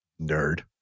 Nerd